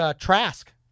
Trask